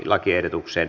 lakiehdotuksen